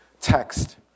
text